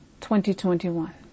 2021